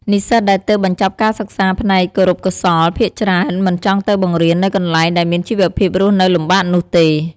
និស្សិតដែលទើបបញ្ចប់ការសិក្សាផ្នែកគរុកោសល្យភាគច្រើន មិនចង់ទៅបង្រៀននៅកន្លែងដែលមានជីវភាពរស់នៅលំបាកនោះទេ។